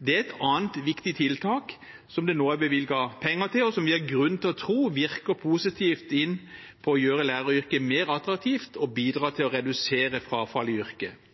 er et annet viktig tiltak, som det nå er bevilget penger til, og som gir grunn til å tro virker positivt inn på å gjøre læreryrket mer attraktivt og bidra til å redusere frafallet i yrket.